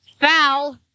foul